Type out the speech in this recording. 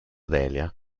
delia